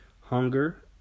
Hunger